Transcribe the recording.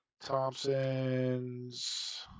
Thompson's